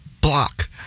block